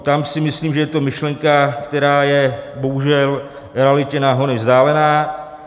Tam si myslím, že je to myšlenka, která je bohužel realitě na hony vzdálená.